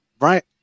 right